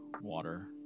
water